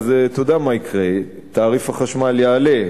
אתה יודע מה יקרה: תעריף החשמל יעלה,